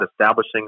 establishing